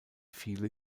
viele